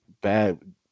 bad